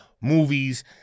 movies